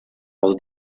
els